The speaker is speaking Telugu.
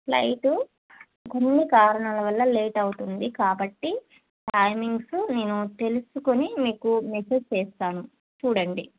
ఫ్లైటు కొన్ని కారణాల వల్ల లేట్ అవుతుంది కాబట్టి టైమింగ్స్ నేను తెలుసుకొని మీకు మెసేజ్ చేస్తాను చూడండి